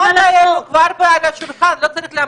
שכר דירה.